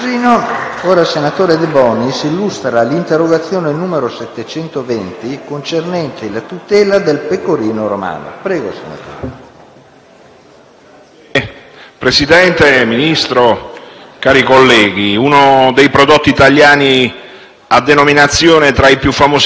In un momento in cui pastori e allevatori fanno i salti mortali per sopravvivere, il pecorino romano viene addirittura importato dalla Romania e finanziato dal Governo italiano, per essere stagionato poi in Sardegna e diventare, secondo le assurde norme del codice doganale, prodotto italiano.